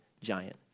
giant